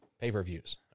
pay-per-views